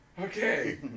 okay